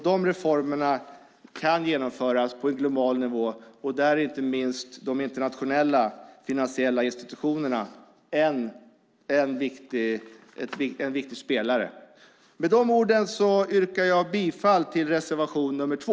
De reformerna kan genomföras på en global nivå där inte minst de internationella finansiella institutionerna är viktiga spelare. Med de orden yrkar jag bifall till reservation nr 2.